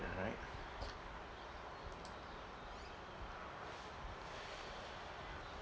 am I right